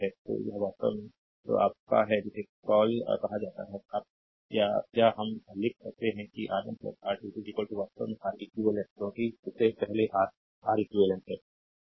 तो यह वास्तव में तो आप का है जिसे कॉल कहा जाता है या हम लिख सकते हैं कि R1 R2 वास्तव में R eq क्योंकि इससे पहले R Req है